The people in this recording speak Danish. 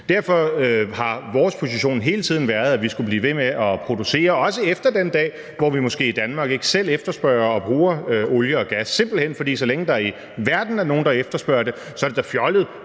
Derfor har vores position hele tiden været, at vi skulle blive ved med at producere, også efter den dag, hvor vi måske i Danmark ikke selv efterspørger og bruger olie og gas, simpelt hen fordi, at så længe der er nogen i verden, der efterspørger det, er det da fjollet